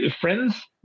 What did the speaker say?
friends